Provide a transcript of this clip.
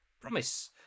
Promise